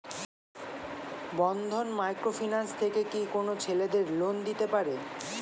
বন্ধন micro finance থেকে কি কোন ছেলেদের লোন দিতে পারে?